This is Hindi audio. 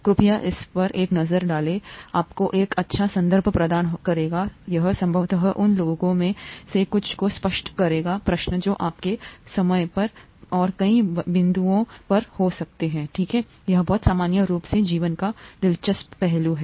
कृपया इस पर एक नज़र डालें आपको एक अच्छा संदर्भ प्रदान करेगा यह संभवत उन लोगों में से कुछ को स्पष्ट करेगा प्रश्न जो आपके पास समय पर और कई बिंदुओं पर हो सकते हैं ठीक है यह बहुत सामान्य रूप से जीवन का दिलचस्प पहलू है